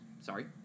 Sorry